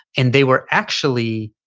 and they were actually,